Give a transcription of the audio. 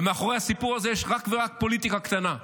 ומאחורי הסיפור הזה יש אך רק פוליטיקה קטנה.